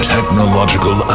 Technological